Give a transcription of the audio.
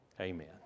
Amen